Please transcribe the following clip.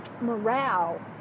morale